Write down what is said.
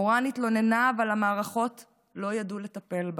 מורן התלוננה, אבל המערכות לא ידעו לטפל בה.